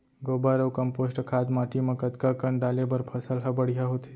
गोबर अऊ कम्पोस्ट खाद माटी म कतका कन डाले बर फसल ह बढ़िया होथे?